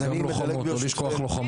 אז אני מדלג ברשותכם --- לא לשכוח לוחמות,